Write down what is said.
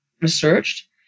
researched